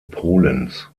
polens